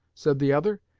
said the other,